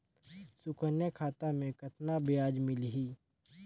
सुकन्या खाता मे कतना ब्याज मिलही?